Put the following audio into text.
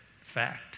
Fact